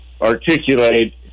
articulate